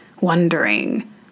wondering